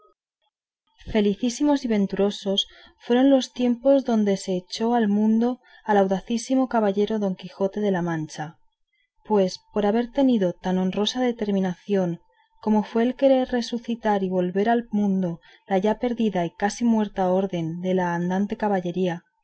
felicísimos y venturosos fueron los tiempos donde se echó al mundo el audacísimo caballero don quijote de la mancha pues por haber tenido tan honrosa determinación como fue el querer resucitar y volver al mundo la ya perdida y casi muerta orden de la andante caballería